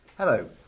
Hello